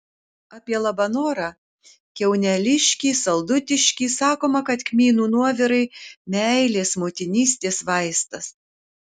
apie labanorą kiauneliškį saldutiškį sakoma kad kmynų nuovirai meilės motinystės vaistas